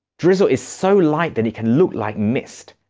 drizzle is so light that it can look like mist.